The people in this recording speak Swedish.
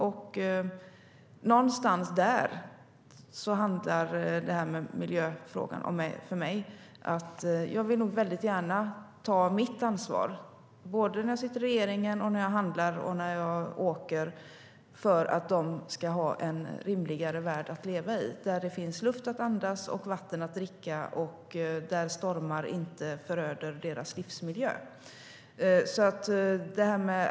För mig handlar miljöfrågan om att jag gärna vill ta mitt ansvar när jag sitter i regeringen, när jag handlar och när jag åker för att de ska ha en rimligare värld att leva i, där det finns luft att andas, vatten att dricka och där stormar inte föröder deras livsmiljö.